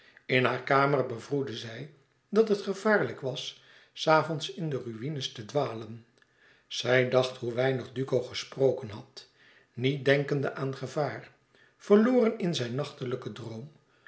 in haar kamer bevroedde zij dat het gevaarlijk was s avonds in de ruïnes te dwalen zij dacht hoe weinig duco gesproken had niet denkende aan gevaar verloren in zijn nachtelijken droom